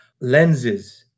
lenses